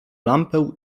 lampę